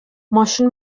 ماشین